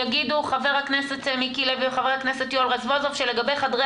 יגידו חבר הכנסת מיקי לוי וחבר הכנסת יואל רזבוזוב שלגבי חדרי